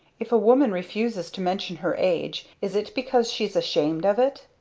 if a woman refuses to mention her age is it because she's ashamed of it?